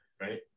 right